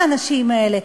האנשים האלה,